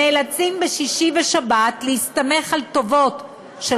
נאלצים בשישי ובשבת להסתמך על טובות של